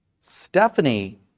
stephanie